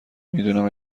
میدونم